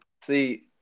See